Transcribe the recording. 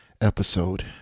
episode